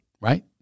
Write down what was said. Right